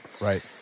right